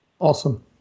Awesome